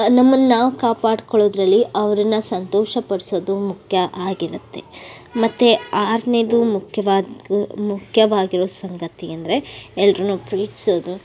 ನಮ್ಮನ್ನು ನಾವು ಕಾಪಾಡಿಕೊಳ್ಳೋದ್ರಲ್ಲಿ ಅವ್ರನ್ನು ಸಂತೋಷಪಡಿಸೋದು ಮುಖ್ಯ ಆಗಿರುತ್ತೆ ಮತ್ತು ಆರನೇದು ಮುಖ್ಯವಾಗಿ ಮುಖ್ಯವಾಗಿರೋ ಸಂಗತಿ ಅಂದರೆ ಎಲ್ರುನ್ನೂ ಪ್ರೀತಿಸೋದು